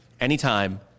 anytime